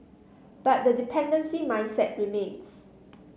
but the dependency mindset remains